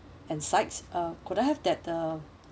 and sides uh could I have that the um